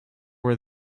were